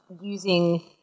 using